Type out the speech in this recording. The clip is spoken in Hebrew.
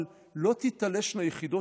אבל לא תיתלשנה יחידות.